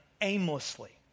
aimlessly